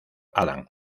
adams